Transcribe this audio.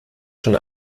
schon